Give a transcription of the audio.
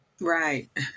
Right